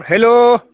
hello